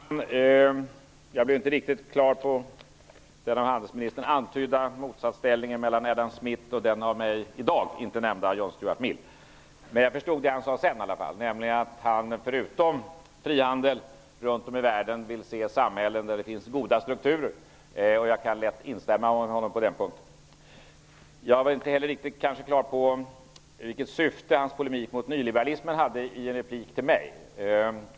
Fru talman! Jag blev inte riktigt klar över den av handelsministern antydda motsatsställningen mellan Adam Smith och den av mig i dag inte nämnda John Stuart Mill, men jag förstod i alla fall det han sade sedan. Han vill förutom frihandel runt om i världen se samhällen där det finns goda strukturer. Jag kan lätt instämma med honom på den punkten. Jag blev inte heller riktigt klar över vilket syfte hans polemik mot nyliberalismen hade i en replik till mig.